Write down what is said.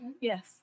Yes